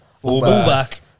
fullback